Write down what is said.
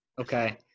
Okay